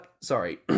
sorry